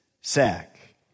sack